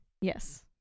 Yes